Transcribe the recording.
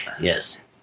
yes